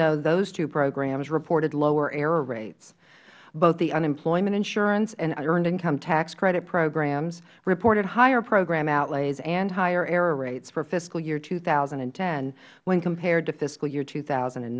though those two programs reported lower error rates both the unemployment insurance and earned income tax credit programs reported higher program outlays and higher error rates for fiscal year two thousand and ten when compared to fiscal year two thousand and